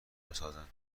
بسازند